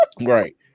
Right